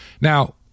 Now